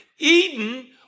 Eden